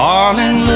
Darling